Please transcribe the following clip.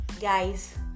guys